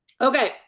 okay